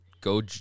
go